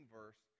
verse